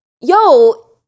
yo